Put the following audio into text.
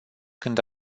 când